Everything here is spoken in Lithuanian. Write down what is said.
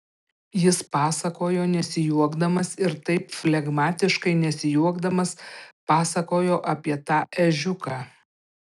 jis pasakojo nesijuokdamas ir taip flegmatiškai nesijuokdamas pasakojo apie tą ežiuką